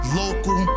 local